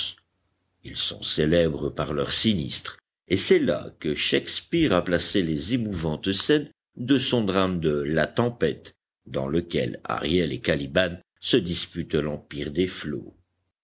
ils sont célèbres par leurs sinistres et c'est là que shakespeare a placé les émouvantes scènes de son drame de la tempête dans lequel ariel et caliban se disputent l'empire des flots